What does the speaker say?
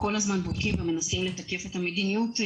ואנחנו כל הזמן בודקים ומנסים לתקף את המדיניות.